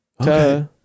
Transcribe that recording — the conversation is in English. Okay